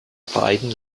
beiden